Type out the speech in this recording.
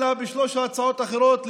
אלא בשלוש הצעות האחרות,